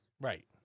Right